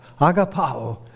Agapao